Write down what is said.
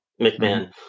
McMahon